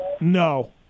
No